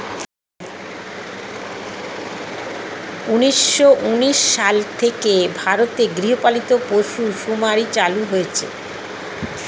উন্নিশো উনিশ সাল থেকে ভারতে গৃহপালিত পশু শুমারি চালু হয়েছে